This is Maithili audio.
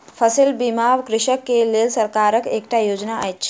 फसिल बीमा कृषक के लेल सरकारक एकटा योजना अछि